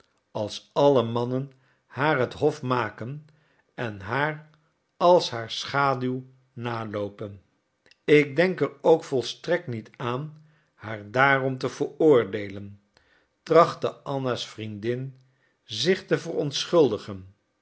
als alle mannen haar het hof maken en haar als haar schaduw naloopen ik denk er ook volstrekt niet aan haar daarom te veroordeelen trachtte anna's vriendin zich te